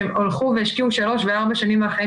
שהלכו והשקיעו שלוש וארבע שנים מהחיים